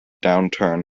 downturn